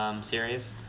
series